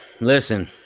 Listen